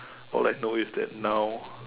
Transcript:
all I know is that now